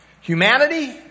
Humanity